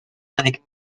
avec